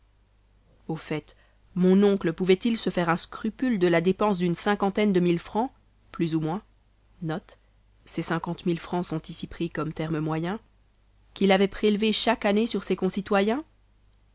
au fait mon oncle pouvait-il se faire un scrupule de la dépense d'une cinquantaine de mille francs plus ou moins qu'il avait prélevés chaque année sur ses concitoyens